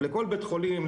לכל בית חולים,